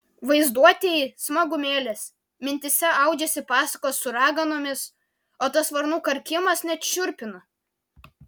vaizduotei smagumėlis mintyse audžiasi pasakos su raganomis o tas varnų karkimas net šiurpina